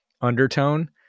undertone